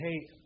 hey